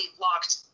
locked